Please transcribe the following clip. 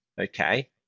Okay